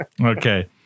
Okay